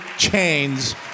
chains